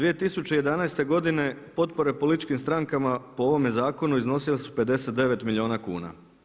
2011. godine potpore političkim strankama po ovome zakonu iznosile su 59 milijuna kuna.